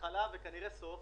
התחלה וסוף.